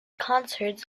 concerts